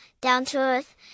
down-to-earth